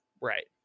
Right